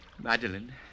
Madeline